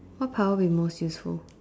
what power will be most useful